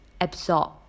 absorb